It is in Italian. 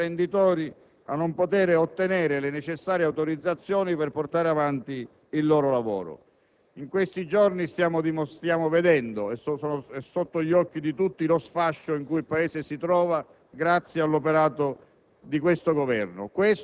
costringe i nostri imprenditori a non poter ottenere le necessarie autorizzazioni per portare avanti il loro lavoro. In questo giorni stiamo vedendo - è sotto gli occhi di tutti - lo sfascio in cui si trova il Paese grazie all'operato